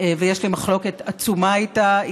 ויש לי מחלוקת עצומה איתה,